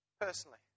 Personally